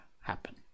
happen